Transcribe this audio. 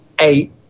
eight